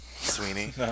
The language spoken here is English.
sweeney